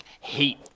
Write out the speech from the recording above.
hate